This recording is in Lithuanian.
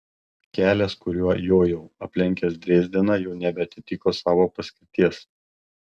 kelias kuriuo jojau aplenkęs drezdeną jau nebeatitiko savo paskirties